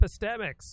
epistemics